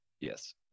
yes